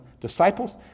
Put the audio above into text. disciples